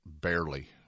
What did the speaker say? barely